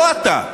לא אתה,